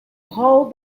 hold